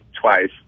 twice